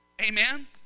Amen